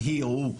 היא או הוא,